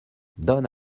donne